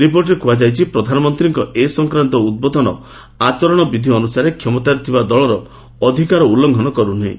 ରିପୋର୍ଟରେ କୁହାଯାଇଛି ପ୍ରଧାନମନ୍ତ୍ରୀଙ୍କ ଏ ସଂକ୍ରାନ୍ତ ଉଦ୍ବୋଧନ ଆଚରଣ ବିଧି ଅନୁସାରେ କ୍ଷମତାରେ ଥିବା ଦଳର ଅଧିକାର ଉଲ୍ଲଙ୍ଗନ କରୁ ନାହିଁ